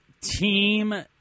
team